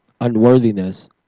unworthiness